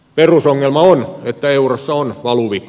perusongelma on että eurossa on valuvika